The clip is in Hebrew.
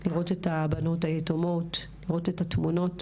לראות את הבנות היתומות, לראות את התמונות,